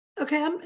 okay